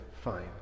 fine